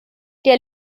der